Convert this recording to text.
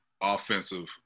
offensive